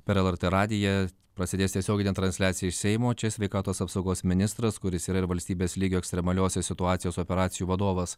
per lrt radiją prasidės tiesioginė transliacija iš seimo čia sveikatos apsaugos ministras kuris yra ir valstybės lygio ekstremaliosios situacijos operacijų vadovas